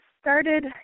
started